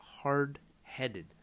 hard-headed